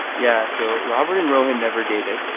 yeah. so robert and rohin never dated.